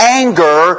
anger